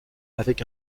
avec